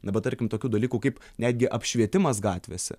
dabar tarkim tokių dalykų kaip netgi apšvietimas gatvėse